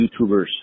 YouTubers